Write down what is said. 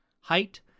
height